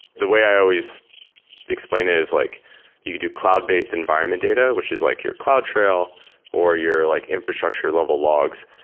the way i always explain it is like you could do cloud-based environment data, which is like your cloudtrail or your like infrastructure level logs,